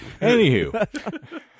Anywho